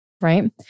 right